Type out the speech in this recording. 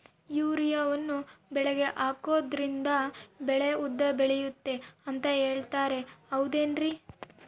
ಯೂರಿಯಾವನ್ನು ಬೆಳೆಗೆ ಹಾಕೋದ್ರಿಂದ ಬೆಳೆ ಉದ್ದ ಬೆಳೆಯುತ್ತೆ ಅಂತ ಹೇಳ್ತಾರ ಹೌದೇನ್ರಿ?